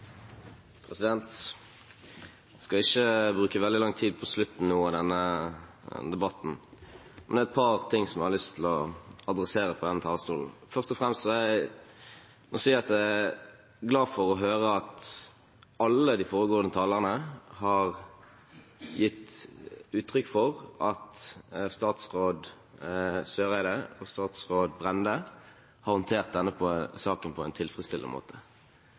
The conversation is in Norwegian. er et par ting som jeg har lyst til å adressere fra denne talerstolen. Først og fremst må jeg si jeg er glad for å høre at alle de foregående talerne har gitt uttrykk for at statsråd Eriksen Søreide og utenriksminister Brende har håndtert denne saken på en tilfredsstillende måte.